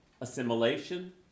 assimilation